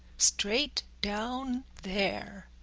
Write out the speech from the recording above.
straight down there,